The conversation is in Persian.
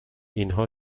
اینها